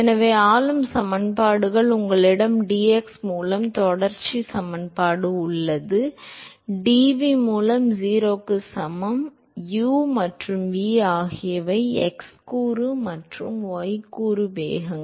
எனவே ஆளும் சமன்பாடுகள் உங்களிடம் dx மூலம் தொடர்ச்சி சமன்பாடு உள்ளது dv மூலம் 0 க்கு சமம் u மற்றும் v ஆகியவை x கூறு மற்றும் y கூறு வேகங்கள்